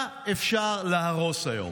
מה אפשר להרוס היום?